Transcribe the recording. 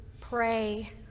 pray